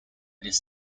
this